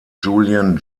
julian